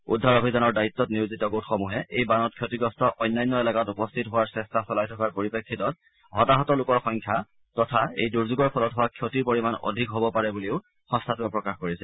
উদ্ধাৰ অভিযানৰ দায়িত্বত নিয়োজিত গোটসমূহে এই বানত ক্ষতিগ্ৰস্ত অন্যান্য এলেকাত উপস্থিত হোৱাৰ চেষ্টা চলাই থকাৰ পৰিপ্ৰেক্ষিতত হতাহত লোকৰ সংখ্যা তথা এই দূৰ্যোগৰ ফলত হোৱা ক্ষতিৰ পৰিমাণ অধিক হ'ব পাৰে বুলিও সংস্থাটোৱে প্ৰকাশ কৰিছে